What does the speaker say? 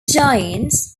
giants